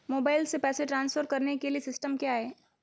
Mobile से पैसे transfer करने के लिए सिस्टम क्या है?